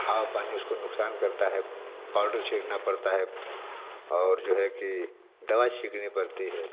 हवा पानी उसको नुकसाान करता है पाउडर छिड़कना पड़ता है और जो है कि दवा छिड़कनी पड़ती है